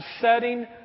setting